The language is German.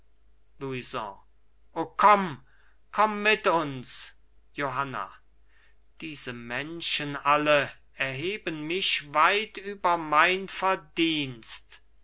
o komm komm mit uns johanna diese menschen alle erheben mich weit über mein verdienst